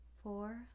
four